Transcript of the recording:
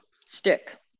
stick